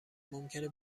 ممکنه